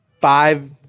five